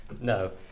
No